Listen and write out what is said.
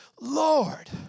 Lord